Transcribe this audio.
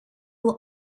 will